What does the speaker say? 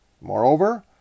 Moreover